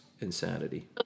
insanity